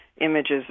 images